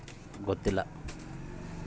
ಅಂತರಾಷ್ಟ್ರೇಯ ವ್ಯಾಪಾರ ಅಂದ್ರೆ ಹೆಂಗಿರ್ತೈತಿ?